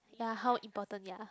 ya how important ya